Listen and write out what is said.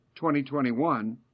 2021